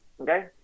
okay